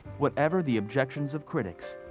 whatever the objection of critics,